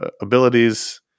abilities